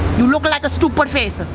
you look like a stupid face.